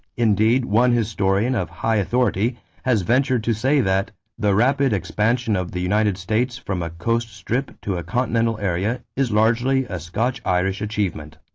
indeed one historian of high authority has ventured to say that the rapid expansion of the united states from a coast strip to a continental area is largely a scotch-irish achievement.